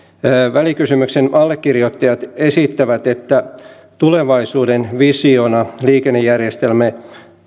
välikysymyksen allekirjoittajat esittävät että tulevaisuuden visiona liikennejärjestelmämme